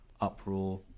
uproar